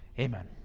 amen.